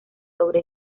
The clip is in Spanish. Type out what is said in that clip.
sobre